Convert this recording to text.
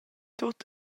tut